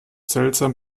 seltsam